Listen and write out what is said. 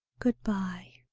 good-by.